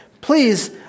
Please